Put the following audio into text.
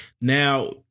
Now